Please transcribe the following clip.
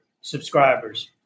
subscribers